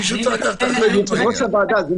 אני